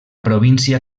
província